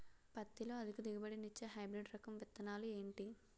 పత్తి లో అధిక దిగుబడి నిచ్చే హైబ్రిడ్ రకం విత్తనాలు ఏంటి